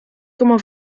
como